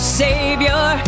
savior